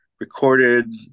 recorded